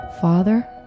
Father